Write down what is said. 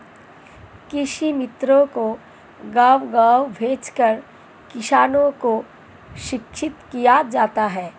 कृषि मित्रों को गाँव गाँव भेजकर किसानों को शिक्षित किया जाता है